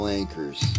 anchors